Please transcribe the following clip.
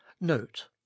note